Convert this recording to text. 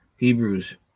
Hebrews